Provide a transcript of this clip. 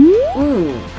ooh!